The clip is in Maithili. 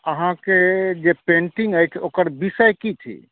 अहाँके जे पेन्टिंग अछि ओकर विषय की थिक